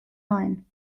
ein